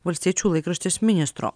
valstiečių laikraštis ministro